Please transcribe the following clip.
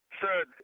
Sir